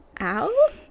ow